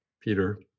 peter